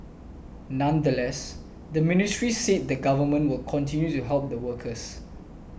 nonetheless the ministry said the Government will continue to help the workers